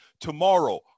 tomorrow